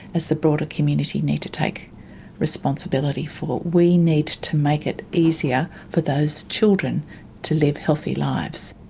as the broader community, need to take responsibility for. we need to make it easier for those children to live healthy lives.